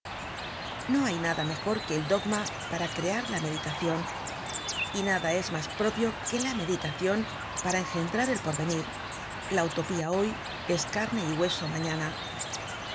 no hay nada mejor que el dogma para crear la meditacion y nada es mas propio que la meditacion para engendrar el porvenir la utopia hoy es carne y hueso mañana